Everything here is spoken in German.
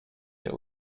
der